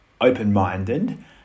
open-minded